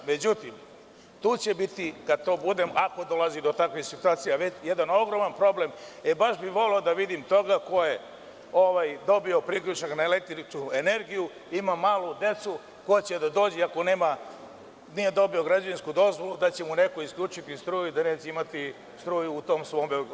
Međutim, tu će biti kad to bude, ako dolazi do takvih situacija, jedan ogroman problem, e baš bih voleo da vidim toga ko je dobio priključak na električnu energiju, ima malu decu, hoće da dođe i ako nema, nije dobio građevinsku dozvolu, da ćemo neko isključiti struju da neće imati struju u tom svom objektu.